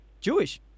Jewish